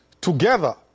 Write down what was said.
together